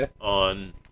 on